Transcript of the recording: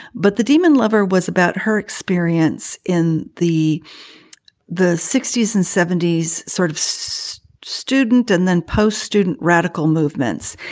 but the demon lover was about her experience in the the sixty s and seventy s, sort of. so student and then post student radical movements.